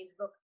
Facebook